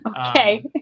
Okay